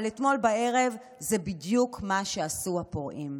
אבל אתמול בערב זה בדיוק מה שעשו הפורעים,